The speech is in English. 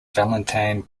valentine